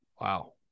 Wow